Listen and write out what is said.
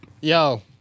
Yo